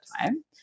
time